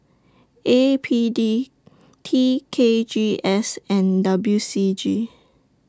A P D T K G S and W C G